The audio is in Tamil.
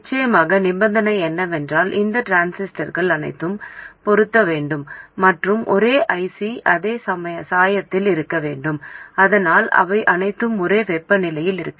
நிச்சயமாக நிபந்தனை என்னவென்றால் இந்த டிரான்சிஸ்டர்கள் அனைத்தும் பொருந்த வேண்டும் மற்றும் ஒரே IC அதே சாயத்தில் இருக்க வேண்டும் அதனால் அவை அனைத்தும் ஒரே வெப்பநிலையில் இருக்கும்